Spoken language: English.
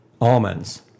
Almonds